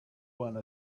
one